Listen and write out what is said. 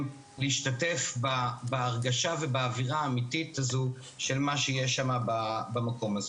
להשתתף בהרגשה ובאווירה האמיתית הזו של מה שיש שם במקום הזה.